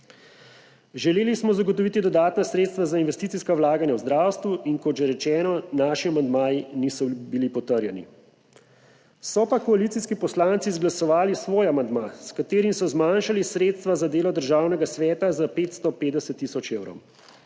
Želeli smo zagotoviti dodatna sredstva za investicijska vlaganja v zdravstvu, in kot že rečeno, naši amandmaji niso bili potrjeni. So pa koalicijski poslanci izglasovali svoj amandma, s katerim so zmanjšali sredstva za delo Državnega sveta za 550 tisoč evrov.